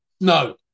no